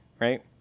right